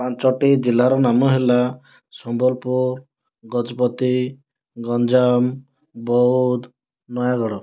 ପାଞ୍ଚୋଟି ଜିଲ୍ଲାର ନାମ ହେଲା ସମ୍ବଲପୁର ଗଜପତି ଗଞ୍ଜାମ ବୌଦ୍ଧ ନୟାଗଡ଼